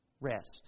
rest